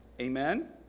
Amen